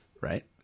right